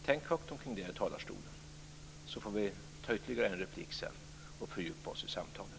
Tänkt högt omkring detta i talarstolen, så får vi ta ytterligare en replik sedan och fördjupa oss i samtalet.